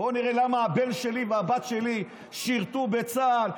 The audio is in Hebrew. בוא נראה למה הבן שלי והבת שלי שירתו בצה"ל,